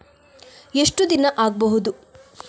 ಎಷ್ಟು ದಿನ ಆಗ್ಬಹುದು?